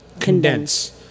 Condense